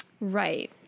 Right